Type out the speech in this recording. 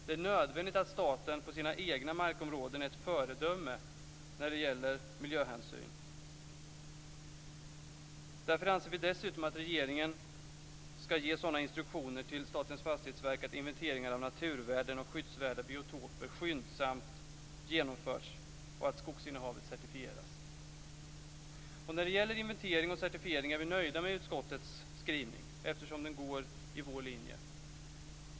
Det är nödvändigt att staten på sina egna markområden är ett föredöme när det gäller miljöhänsyn. Därför anser vi dessutom att regeringen skall ge sådana instruktioner till Statens fastighetsverk att inventeringen av naturvärden och skyddsvärda biotoper skyndsamt genomförs och att skogsinnehavet certifieras. När det gäller inventering och certifiering är vi nöjda med utskottets skrivning, eftersom den går på vår linje.